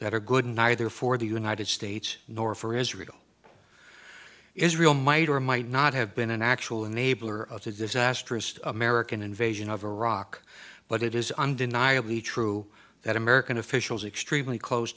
that are good neither for the united states nor for israel israel might or might not have been an actual enabler of the disastrous american invasion of iraq but it is undeniably true that american officials are extremely close